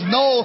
no